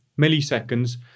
milliseconds